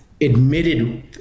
admitted